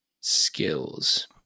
skills